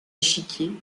échiquier